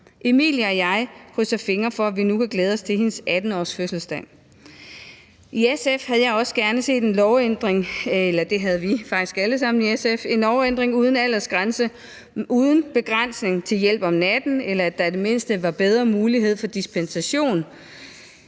Emilie og jeg krydser fingre for, at vi nu kan glæde os til hendes 18-årsfødselsdag. I SF havde vi også gerne set en lovændring uden aldersgrænse, uden begrænsning i hjælp om natten, eller at der i det mindste var bedre mulighed for dispensation.